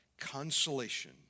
consolation